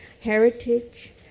heritage